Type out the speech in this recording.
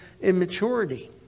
immaturity